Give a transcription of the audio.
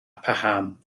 paham